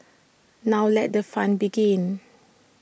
now let the fun begin